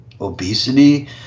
obesity